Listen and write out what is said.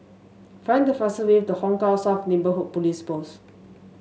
find the fastest way to Hong Kah South Neighbourhood Police Post